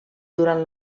durant